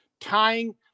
tying